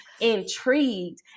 intrigued